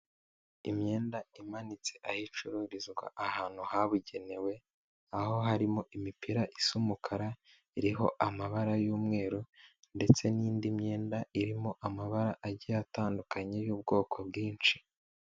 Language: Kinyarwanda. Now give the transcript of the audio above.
Imyenda imanitse aho icururizwa ahantu habugenewe, aho harimo imipira isa umukara iriho amabara y'umweru ndetse n'indi myenda irimo amabara agiye atandukanye y'ubwoko bwinshi.